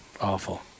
awful